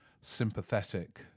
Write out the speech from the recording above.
sympathetic